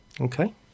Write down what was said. Okay